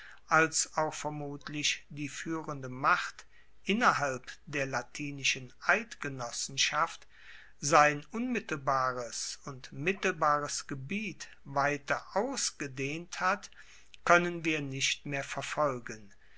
als auch vermutlich die fuehrende macht innerhalb der latinischen eidgenossenschaft sein unmittelbares und mittelbares gebiet weiter ausgedehnt hat koennen wir nicht mehr verfolgen